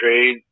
trade